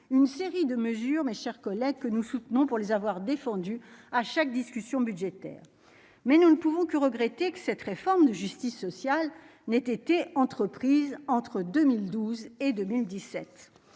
une série de mesures, mes chers collègues, que nous soutenons, pour les avoir défendus à chaque discussion budgétaire mais nous ne pouvons que regretter que cette réforme de justice sociale n'ait été entreprise entre 2012 et 2017